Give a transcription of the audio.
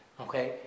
Okay